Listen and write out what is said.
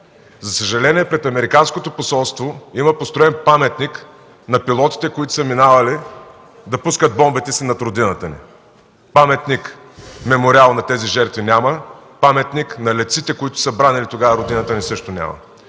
За съжаление, пред американското посолство има построен паметник на пилотите, които са минавали да пускат бомбите си над родината ни. Паметник мемориал на тези жертви няма. Паметник на летците, които са бранили тогава родината ни, също няма.